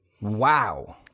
Wow